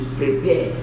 prepare